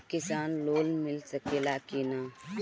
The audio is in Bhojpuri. किसान लोन मिल सकेला कि न?